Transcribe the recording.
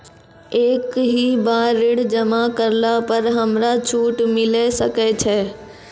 एक ही बार ऋण जमा करला पर हमरा छूट मिले सकय छै?